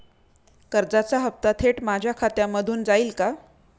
कर्जाचा हप्ता थेट माझ्या खात्यामधून जाईल का?